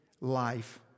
life